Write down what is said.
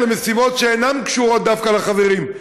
למשימות שאינן קשורות דווקא לחברים,